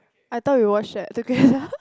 I thought we watched that together